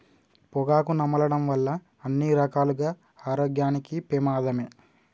పొగాకు నమలడం వల్ల అన్ని రకాలుగా ఆరోగ్యానికి పెమాదమే